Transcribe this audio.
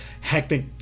hectic